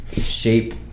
shape